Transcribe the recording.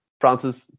Francis